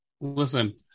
listen